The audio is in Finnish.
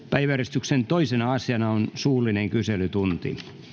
päiväjärjestyksen toisena asiana on suullinen kyselytunti